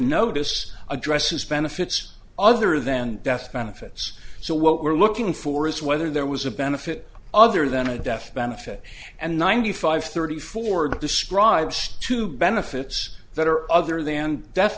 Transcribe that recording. notice addresses benefits other than death benefits so what we're looking for is whether there was a benefit other than a death benefit and ninety five thirty four describes to benefits that are other than